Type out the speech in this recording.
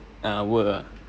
uh were ah